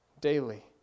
daily